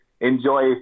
enjoy